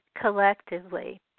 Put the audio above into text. collectively